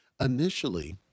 Initially